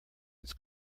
its